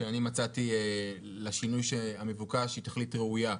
שאני מצאתי לשינוי המבוקש היא תכלית ראויה.